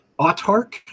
Autark